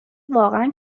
واقعا